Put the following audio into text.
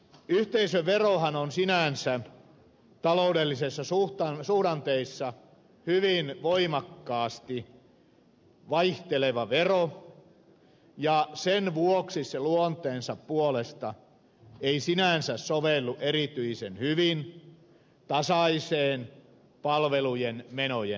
yhteisöverohan on sinänsä taloudellisissa suhdanteissa hyvin voimakkaasti vaihteleva vero ja sen vuoksi se luonteensa puolesta ei sinänsä sovellu erityisen hyvin tasaiseen palvelujen menojen rahoitukseen